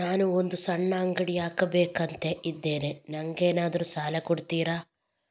ನಾನು ಒಂದು ಸಣ್ಣ ಅಂಗಡಿ ಹಾಕಬೇಕುಂತ ಇದ್ದೇನೆ ನಂಗೇನಾದ್ರು ಸಾಲ ಕೊಡ್ತೀರಾ?